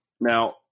Now